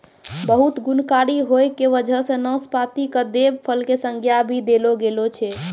बहुत गुणकारी होय के वजह सॅ नाशपाती कॅ देव फल के संज्ञा भी देलो गेलो छै